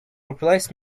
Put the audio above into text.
replace